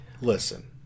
listen